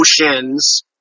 emotions